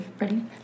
Ready